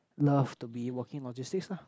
love to be working logistics lah